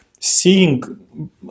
seeing